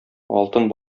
алтын